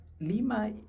Lima